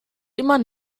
immer